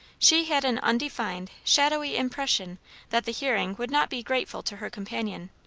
she had an undefined, shadowy impression that the hearing would not be grateful to her companion.